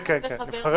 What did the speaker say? נבחרי